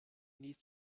needs